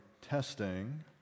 testing